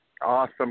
Awesome